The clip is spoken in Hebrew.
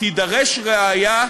תידרש ראיה מסבכת,